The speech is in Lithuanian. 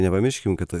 nepamirškim kad